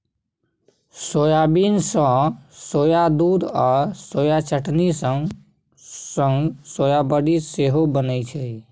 soybean सँ soya दुध आ सोया चटनी संग संग सोया बरी सेहो बनै छै